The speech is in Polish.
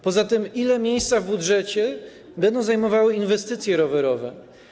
Poza tym ile miejsca w budżecie będą zajmowały inwestycje rowerowe?